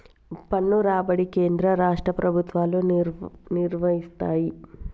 పన్ను రాబడి కేంద్ర రాష్ట్ర ప్రభుత్వాలు నిర్వయిస్తయ్